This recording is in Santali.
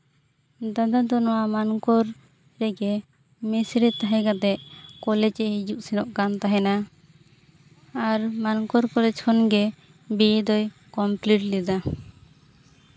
ᱫᱟᱫᱟ ᱫᱚ ᱱᱚᱣᱟ ᱢᱟᱱᱠᱚᱨ ᱨᱮᱜᱮ ᱢᱮᱥᱨᱮ ᱛᱟᱦᱮᱸ ᱠᱟᱛᱮᱫ ᱠᱚᱞᱮᱡᱽ ᱮ ᱦᱤᱡᱩᱜ ᱥᱮᱱᱚᱜ ᱠᱟᱱ ᱛᱟᱦᱮᱱᱟ ᱟᱨ ᱢᱟᱱᱠᱚᱨ ᱠᱚᱞᱮᱡᱽ ᱠᱷᱚᱱᱜᱮ ᱵᱤᱹᱮ ᱫᱚᱭ ᱠᱚᱢᱯᱤᱞᱤᱴ ᱞᱮᱫᱟ